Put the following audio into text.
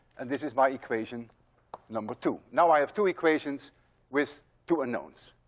and this is my equation number two. now i have two equations with two unknowns.